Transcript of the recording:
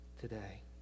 today